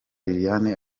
liliane